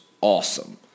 awesome